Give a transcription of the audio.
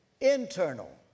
internal